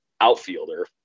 outfielder